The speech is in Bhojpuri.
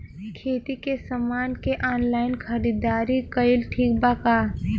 खेती के समान के ऑनलाइन खरीदारी कइल ठीक बा का?